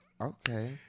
okay